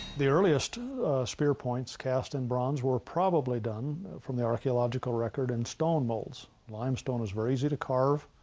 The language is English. the earliest spear points cast in bronze were probably done, from the archaeological record, in stone molds. limestone is very easy to carve.